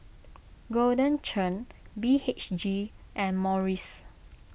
Golden Churn B H G and Morries